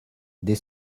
des